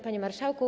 Panie Marszałku!